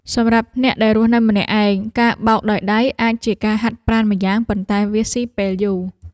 សម្រាប់អ្នកដែលរស់នៅម្នាក់ឯង ការបោកដោយដៃអាចជាការហាត់ប្រាណម្យ៉ាងប៉ុន្តែវាស៊ីពេលយូរ។